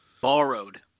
Borrowed